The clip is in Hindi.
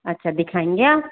अच्छा दिखाएंगे आप